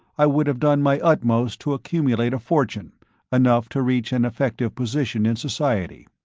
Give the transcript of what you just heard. i would have done my utmost to accumulate a fortune, enough to reach an effective position in society.